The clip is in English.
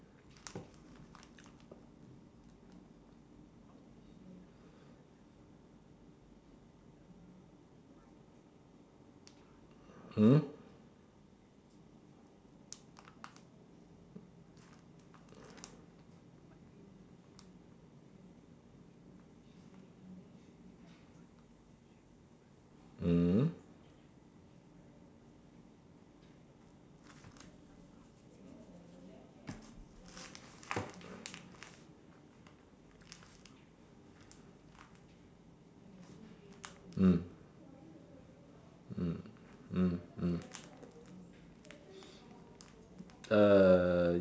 hmm mm mm mm mm uh